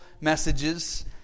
messages